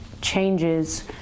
changes